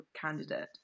candidate